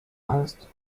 angst